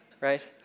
right